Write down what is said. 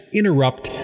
interrupt